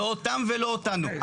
לא אותם ולא אותנו.